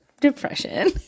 depression